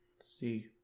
See